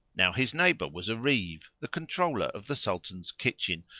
now his neighbour was a reeve, the controller of the sultan's kitchen,